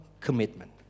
commitment